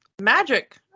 magic